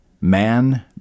Man